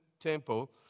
temple